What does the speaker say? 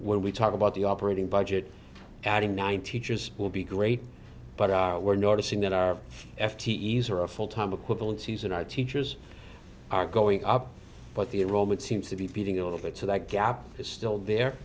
when we talk about the operating budget adding nine teachers will be great but are we're noticing that our f t e easer a full time equivalent season our teachers are going up but the enrollment seems to be beating a little bit so that gap is still there